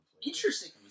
Interesting